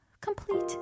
complete